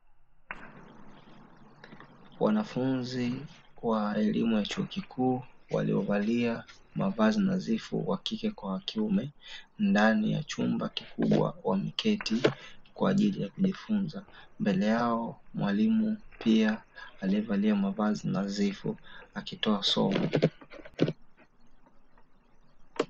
Wanafunzi wa elimu ya chuo kikuu, waliovalia mavazi nadhifu wa kike kwa wa kiume ndani ya chumba kikubwa, wameketi kwa ajili ya kujifunza, mbele yao mwalimu pia aliyevalia mavazi nadhifu akitoa somo.